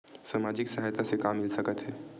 सामाजिक सहायता से का मिल सकत हे?